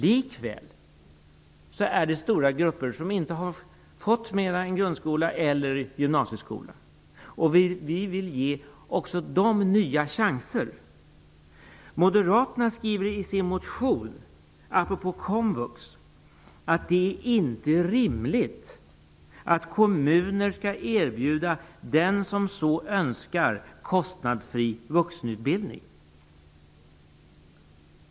Likväl är det stora grupper som inte har fått mer utbildning än grundskola eller gymnasieskola. Vi vill ge också dem nya chanser. Moderaterna skriver i sin motion apropå komvux att det inte är rimligt att kommuner skall erbjuda den som så önskar kostnadsfri vuxenutbildning.